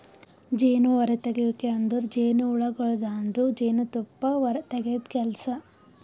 ಜೇನು ಹೊರತೆಗೆಯುವಿಕೆ ಅಂದುರ್ ಜೇನುಹುಳಗೊಳ್ದಾಂದು ಜೇನು ತುಪ್ಪ ತೆಗೆದ್ ಕೆಲಸ